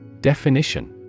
Definition